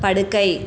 படுக்கை